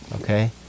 Okay